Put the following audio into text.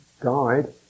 guide